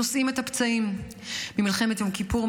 נושאים את הפצעים ממלחמת יום כיפור,